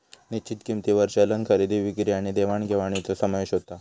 निश्चित किंमतींवर चलन खरेदी विक्री आणि देवाण घेवाणीचो समावेश होता